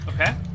Okay